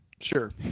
Sure